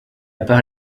par